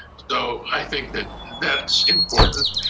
so i think that that's important.